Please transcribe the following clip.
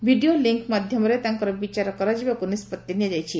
video link ମାଧ୍ୟମରେ ତାଙ୍କର ବିଚାର କରାଯିବାକୁ ନିଷ୍ପଭି ନିଆଯାଇଛି